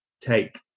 take